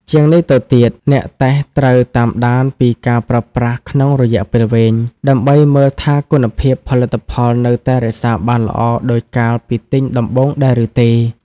ជាងនេះទៅទៀត អ្នកតេស្តត្រូវតាមដានពីការប្រើប្រាស់ក្នុងរយៈពេលវែង ដើម្បីមើលថាគុណភាពផលិតផលនៅតែរក្សាបានល្អដូចកាលពីទិញដំបូងដែរឬទេ។